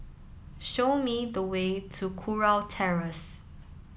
show me the way to Kurau Terrace